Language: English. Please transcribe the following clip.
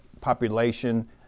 population